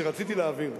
שרציתי להעביר,